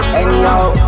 Anyhow